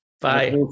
Bye